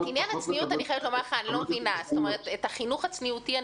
אני לא מבינה את עניין הצניעות.